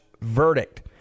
verdict